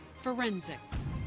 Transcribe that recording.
forensics